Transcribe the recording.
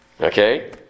Okay